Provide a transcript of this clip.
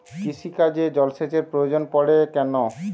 কৃষিকাজে জলসেচের প্রয়োজন পড়ে কেন?